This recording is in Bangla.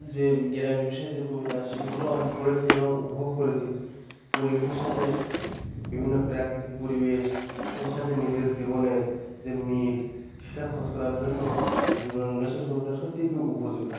যে গ্রামের বিষয় যে কবিতা সেগুলো অনেক পড়েছি এবং উপভোগ করেছি পরিবেশের সাথে বিভিন্ন প্রাকৃতিক পরিবেশ এর সাথে নিজের জীবনের যে মিল সেটা খোঁজ করার জন্য জীবনানন্দ দাশের কবিতা সত্যি খুব উপযোগী